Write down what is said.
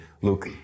look